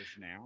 now